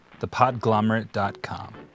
thepodglomerate.com